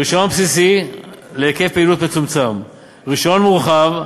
רישיון בסיסי, להיקף פעילות מצומצם, רישיון מורחב,